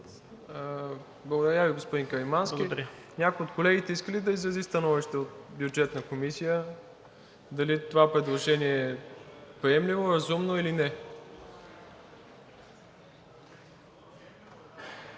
Благодаря Ви, господин Каримански. Някой от колегите иска ли да изрази становище от Бюджетна комисия дали това предложение е приемливо, разумно или не?